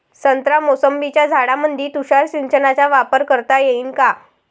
संत्रा मोसंबीच्या शेतामंदी तुषार सिंचनचा वापर करता येईन का?